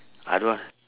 I go ask